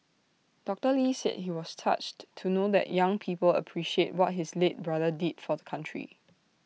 doctor lee said he was touched to know that young people appreciate what his late brother did for the country